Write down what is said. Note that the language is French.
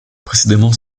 précédemment